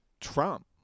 Trump